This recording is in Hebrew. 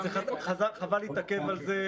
חבל להתעכב על זה.